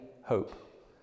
hope